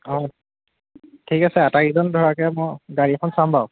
হয় ঠিক আছে আটাইকেইজন ধৰাকে মই গাড়ী এখন চাম বাৰু